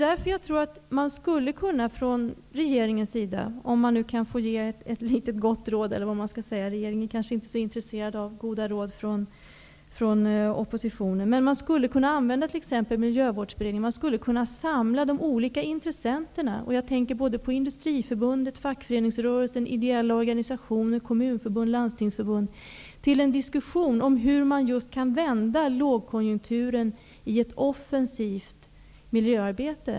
Därför tror jag att regeringen -- om jag får ge ett litet gott råd, även om regeringen kanske inte är så intresserad av goda råd från oppositionen -- skulle kunna använda Miljövårdsberedningen och samla de olika intressenterna, dvs. Industriförbundet, fackföreningsrörelsen, ideella organisationer, Kommunförbundet och Landstingsförbundet, till en diskussion om hur man just kan vända långkonjunkturen till ett offensivt miljöarbete.